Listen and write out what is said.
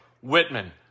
Whitman